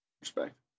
Respect